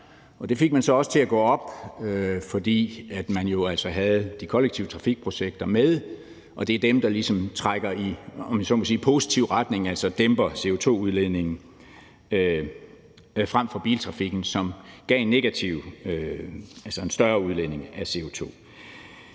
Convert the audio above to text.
Det fik man så også til at gå op, fordi man jo altså havde de kollektive trafikprojekter med, og det er dem, der ligesom trækker i positiv retning, om jeg så må sige, altså dæmper CO2-udledningen, frem for biltrafikken, som gav en større udledning af CO2.